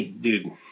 dude